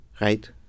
Right